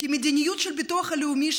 כי המדיניות של ביטוח הלאומי,